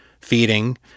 feeding